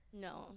No